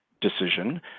decision